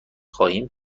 خواهیم